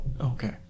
Okay